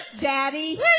daddy